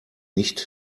nicht